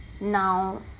Now